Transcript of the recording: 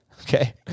Okay